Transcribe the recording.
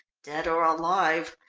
dead or alive,